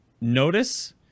notice